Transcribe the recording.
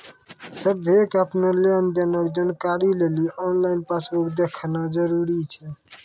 सभ्भे के अपनो लेन देनो के जानकारी लेली आनलाइन पासबुक देखना जरुरी छै